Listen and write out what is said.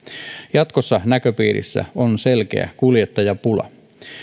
jatkossa näköpiirissä on selkeä kuljettajapula